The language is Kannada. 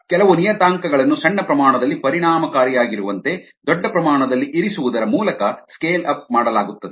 ಕೆಲವು ನಿಯತಾಂಕಗಳನ್ನು ಸಣ್ಣ ಪ್ರಮಾಣದಲ್ಲಿ ಪರಿಣಾಮಕಾರಿಯಾಗಿರುವಂತೆ ದೊಡ್ಡ ಪ್ರಮಾಣದಲ್ಲಿ ಇರಿಸುವುದರ ಮೂಲಕ ಸ್ಕೇಲ್ ಅಪ್ ಮಾಡಲಾಗುತ್ತದೆ